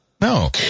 No